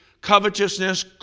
covetousness